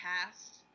past